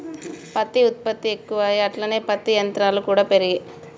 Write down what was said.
పత్తి ఉత్పత్తి ఎక్కువాయె అట్లనే పత్తి యంత్రాలు కూడా పెరిగే